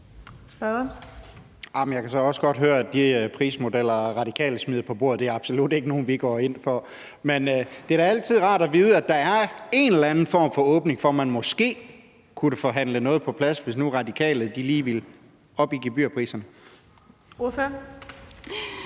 Jeg kan så også godt høre, at de prismodeller, Radikale smider på bordet, absolut ikke er nogle, vi går ind for. Men det er da altid rart at vide, at der er en eller anden form for åbning, i forhold til at man måske kunne forhandle noget på plads, hvis nu Radikale lige ville være med